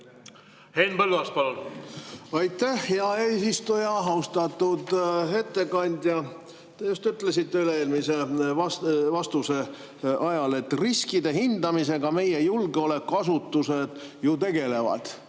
Henn Põlluaas, palun! Aitäh, hea eesistuja! Austatud ettekandja! Te just ütlesite üle-eelmises vastuses, et riskide hindamisega meie julgeolekuasutused ju tegelevad.